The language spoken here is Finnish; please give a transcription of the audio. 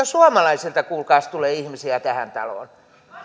suomalaisista kuulkaas tule ihmisiä tähän taloon